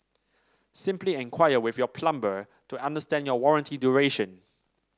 simply enquire with your plumber to understand your warranty duration